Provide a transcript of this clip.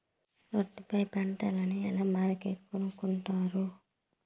ఒట్టు పై పంటను ఎలా మార్కెట్ కొనుక్కొంటారు?